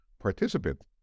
participant